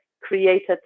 created